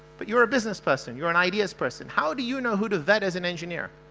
but you're a business person. you're an ideas person. how do you know who to vet as an engineer?